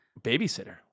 Babysitter